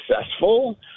successful